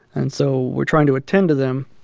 and so we're trying to attend to them,